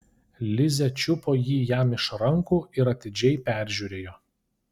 lizė čiupo jį jam iš rankų ir atidžiai peržiūrėjo